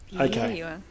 Okay